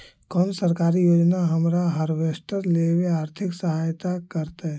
कोन सरकारी योजना हमरा हार्वेस्टर लेवे आर्थिक सहायता करतै?